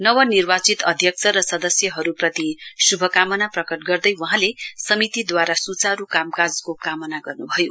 नवनिर्वाचित अध्यक्ष र सदस्यहरुप्रति शुभकामना प्रकट गर्दै वहाँले समितिद्वारा सुचारु कामकाजको कामना गर्नुभयो